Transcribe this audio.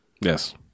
Yes